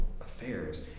affairs